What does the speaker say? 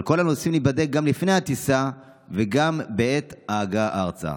על כל הנוסעים להיבדק גם לפני הטיסה וגם בעת ההגעה ארצה.